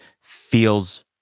feels